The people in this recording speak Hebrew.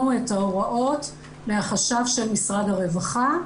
את ההוראות מהחשב של משרד הרווחה.